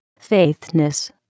faithness